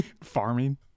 Farming